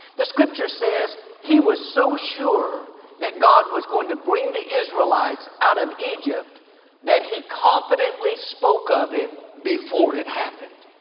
the scripture says he was so sure that god was going to bring the israelites out of egypt that he confidently spoke of it before it happened.